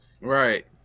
right